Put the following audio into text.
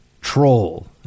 troll